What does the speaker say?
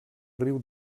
riu